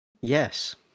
Yes